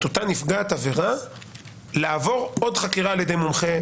נפגעת העבירה לעבור עוד חקירה על-ידי מומחה,